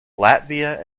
latvia